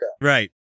Right